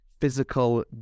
physical